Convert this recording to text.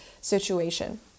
situation